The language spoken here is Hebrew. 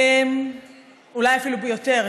אולי אפילו יותר,